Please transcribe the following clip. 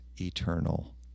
eternal